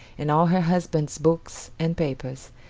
and all her husband's books and papers,